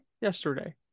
Yesterday